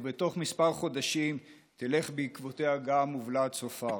ובתוך כמה חודשים תלך בעקבותיה גם מובלעת צופר.